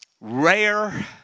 rare